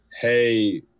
hey